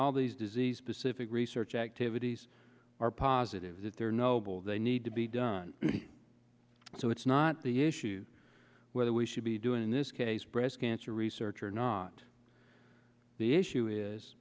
all these disease specific research activities are positive that they're noble they need to be done so it's not the issue whether we should be doing in this case breast cancer research or not the issue is